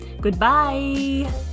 Goodbye